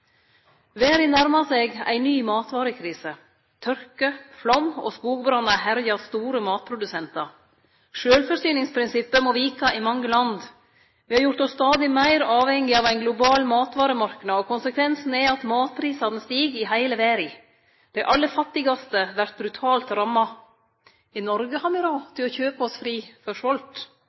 nærmar seg ei ny matvarekrise. Tørke, flaum og skogbrannar herjar store matprodusentar. Sjølvforsyningsprinsippet må vike i mange land. Me har gjort oss stadig meir avhengige av ein global matvaremarknad, og konsekvensen er at matprisane stig i heile verda. Dei aller fattigaste vert brutalt ramma. I Noreg har me råd til å kjøpe oss fri